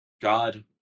God